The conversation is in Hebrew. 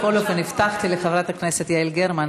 בכל אופן, הבטחתי גם לחברת הכנסת יעל גרמן.